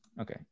Okay